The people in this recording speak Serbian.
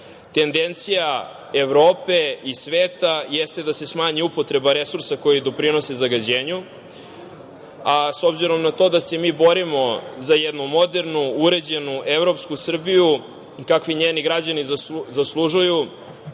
građane. Tendencija Evrope i sveta jeste da se smanji upotreba resursa koji doprinose zagađenju, a s obzirom na to da se mi borimo za jednu modernu, uređenu, evropsku Srbiju, kakvu njeni građani zaslužuju,